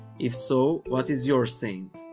if so, what is your saint?